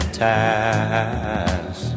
ties